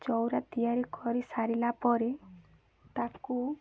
ଚଉରା ତିଆରି କରି ସାରିଲା ପରେ ତାକୁ